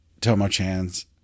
Tomo-chan's